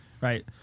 Right